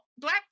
Black